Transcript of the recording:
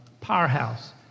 powerhouse